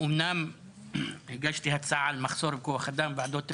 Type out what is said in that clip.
אומנם הגשתי הצעה על מחסור כוח אדם בוועדות התכנון,